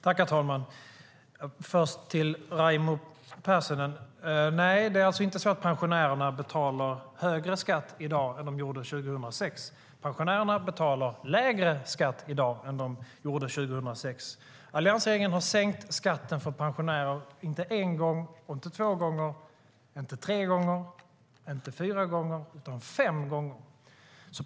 Herr talman! Först vill jag säga till Raimo Pärssinen: Nej, pensionärerna betalar inte högre skatt i dag än 2006. Pensionärerna betalar lägre skatt i dag än de gjorde 2006. Alliansregeringen har sänkt skatten för pensionärer inte en gång, inte två gånger, inte tre gånger, inte fyra gånger utan fem gånger.